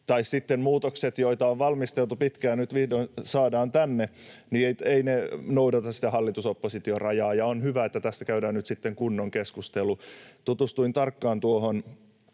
muutokset, joita on valmisteltu pitkään ja nyt vihdoin saadaan tänne, eivät noudata sitä hallitus—oppositio-rajaa. On hyvä, että tästä käydään nyt sitten kunnon keskustelu. Tutustuin tarkkaan tuohon